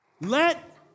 Let